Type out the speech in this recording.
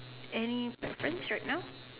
any preference right now